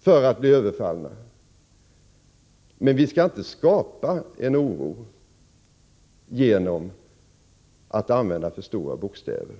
för att bli överfallna, men vi skall inte skapa en oro genom att använda för stora bokstäver.